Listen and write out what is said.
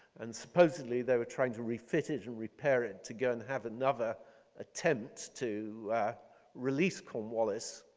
and supposedly they were trying to refit it and repair it to go and have another attempt to release cornwallis.